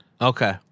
okay